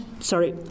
Sorry